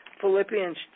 Philippians